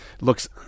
looks